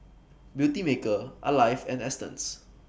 Beautymaker Alive and Astons